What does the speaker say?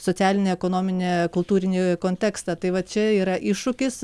socialinę ekonominę kultūrinį kontekstą tai vat čia yra iššūkis